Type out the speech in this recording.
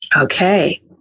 okay